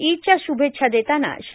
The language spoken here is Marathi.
ईदच्या श्रभेच्छा देताना श्री